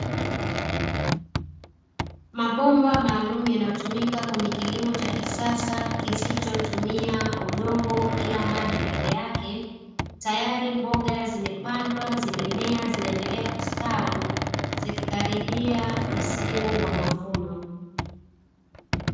Mabomba maalumu yanayotumika kwenye kilimo cha kisasa kisichotumia udongo ila maji peke yake, tayari mboga zimepandwa, zimemea na zinaendelea kustawi, zikikaribia msimu wa mavuno.